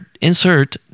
insert